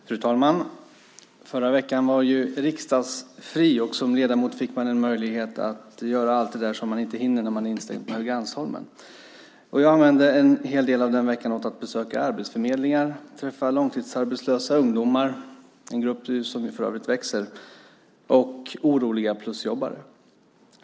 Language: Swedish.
Fru talman! Förra veckan var plenifri, och som ledamot fick man möjlighet att göra allt det där som man inte hinner när man är instängd på Helgeandsholmen. Jag använde en hel del av den veckan till att besöka arbetsförmedlingar, träffa långtidsarbetslösa ungdomar - en grupp som för övrigt växer - och oroliga plusjobbare.